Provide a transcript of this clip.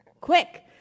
Quick